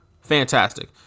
fantastic